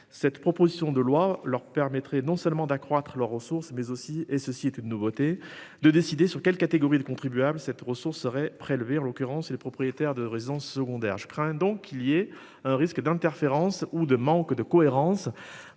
Cette proposition de loi leur permettrait non seulement d'accroître leurs ressources mais aussi, et ceci est une nouveauté de décider sur quelle catégorie de contribuables cette ressource serait prélevée en l'occurrence et les propriétaires de résidences secondaires. Je crains donc qu'il y ait un risque d'interférence ou de manque de cohérence